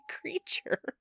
creature